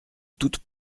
toute